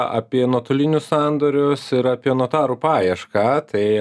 apie nuotolinius sandorius ir apie notarų paiešką tai